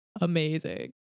Amazing